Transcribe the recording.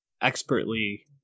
expertly